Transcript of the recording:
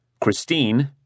Christine